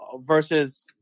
versus